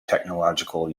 technological